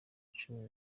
cumi